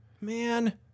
man